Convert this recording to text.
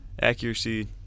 accuracy